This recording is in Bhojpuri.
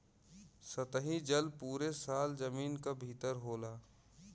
सतही जल पुरे साल जमीन क भितर होला